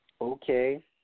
okay